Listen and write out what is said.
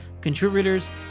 contributors